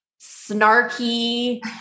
snarky